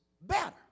better